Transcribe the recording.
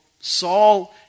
Saul